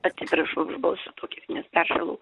atsiprašau už balsą tokį nes peršalau